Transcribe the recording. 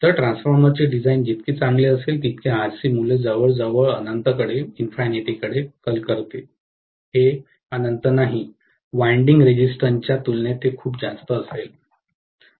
तर ट्रान्सफॉर्मरचे डिझाइन जितके चांगले असेल तितके RC मूल्य जवळजवळ अनंततेकडे कल करते हे अनंत नाही वायंडिंग रेजिस्टन्सं च्या तुलनेत ते खूप जास्त असेल